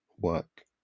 work